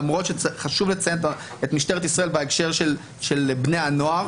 למרות שחשוב לציין את משטרת ישראל בהקשר של בני הנוער,